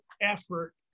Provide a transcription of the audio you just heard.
effort